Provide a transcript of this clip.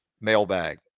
mailbag